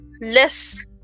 less